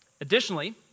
Additionally